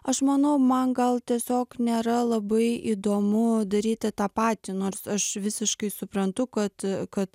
aš manau man gal tiesiog nėra labai įdomu daryti tą patį nors aš visiškai suprantu kad kad